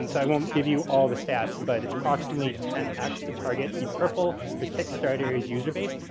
and so i won't give you all the stats, but it's approximately ten x to target. the purple for kickstarter is user base.